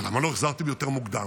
ולמה לא החזרתם יותר מוקדם?